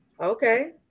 Okay